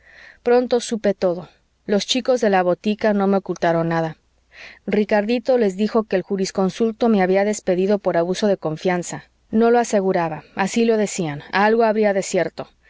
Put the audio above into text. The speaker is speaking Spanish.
pronto supe todo los chicos de la botica no me ocultaron nada ricardito les dijo que el jurisconsulto me había despedido por abuso de confianza no lo aseguraba así lo decían algo habría